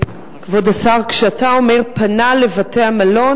כבוד השר, כשאתה אומר: פנה לבתי-המלון,